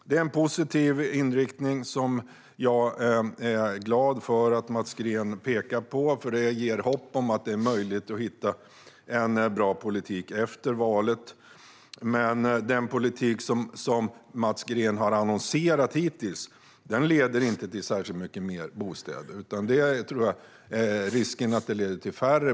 Det är en positiv inriktning som Mats Green pekar på och som jag glad över, för den ger hopp om att det är möjligt att hitta en bra politik efter valet. Den politik som Mats Green har annonserat hittills leder dock inte till särskilt många fler bostäder, utan jag tror att den riskerar att leda till färre.